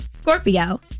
Scorpio